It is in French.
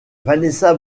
vanessa